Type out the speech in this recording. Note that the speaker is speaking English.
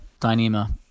Dyneema